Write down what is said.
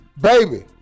baby